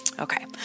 Okay